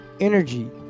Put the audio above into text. energy